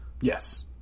Yes